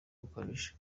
rukabije